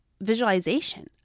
visualization